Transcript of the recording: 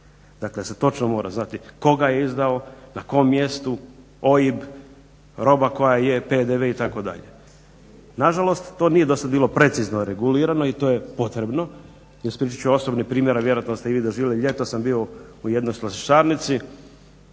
Dakle, se točno mora znati tko ga je izdao, na kom mjestu, OIB, roba koja je, PDV itd. Na žalost to nije do sad bilo precizno regulirano i to je potrebno. Ispričat ću osobni primjer, a vjerojatno ste i vi doživjeli. Ljetos sam bio u jednoj slastičarnici,